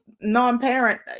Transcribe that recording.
non-parent